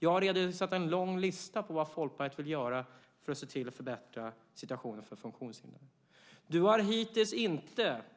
Jag har redovisat en lång lista på vad Folkpartiet vill göra för att se till att förbättra situationen för funktionshindrade.